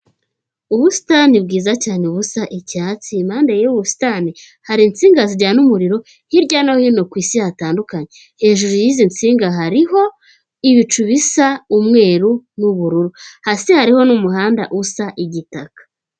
Ubusitani bwiza cyane busa icyatsi impande y'ubusitani hari insinga zijyana umuriro, hirya no hino ku isi hatandukanye hejuru y'izi nsinga hariho ibicu bisa umweru n'ubururu, hasi hariho n'umuhanda usa igitaka.